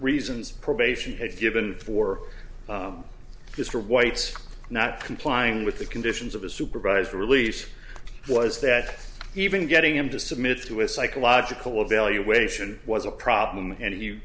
reasons probation had given for mr white's not complying with the conditions of the supervised release was that even getting him to submit to a psychological evaluation was a problem and he